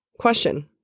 question